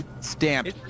stamped